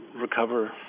recover